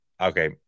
okay